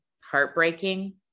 heartbreaking